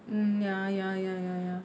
mm ya ya ya ya ya